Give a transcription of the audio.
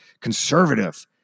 Conservative